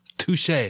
Touche